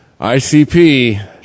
ICP